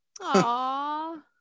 Aww